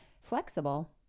Flexible